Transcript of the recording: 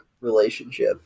relationship